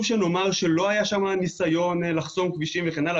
שנאמר שלא היה שם ניסיון לחסום כבישים וכן הלאה,